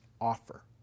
offer